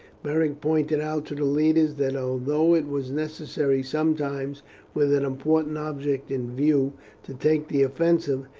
beric pointed out to the leaders that although it was necessary sometimes with an important object in view to take the offensive,